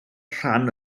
rhan